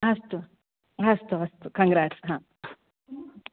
अस्तु अस्तु अस्तु कङ्ग्राट्स् हा